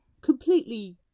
Completely